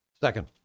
Second